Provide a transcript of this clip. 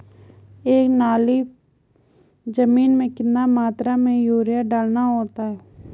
एक नाली जमीन में कितनी मात्रा में यूरिया डालना होता है?